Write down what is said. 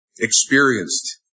experienced